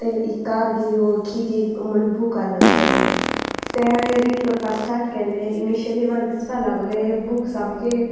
तें इका घीओ घी घी म्हूण बूक आलो चोय तें हांयें रीड कोरपा स्टार्ट केल्लें इनिशली म्हाका दिसपा लागोलें हें बूक सामकें